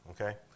okay